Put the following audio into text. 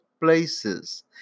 places